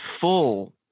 full